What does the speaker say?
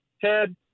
Ted